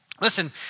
Listen